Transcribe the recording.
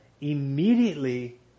immediately